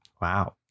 wow